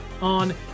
on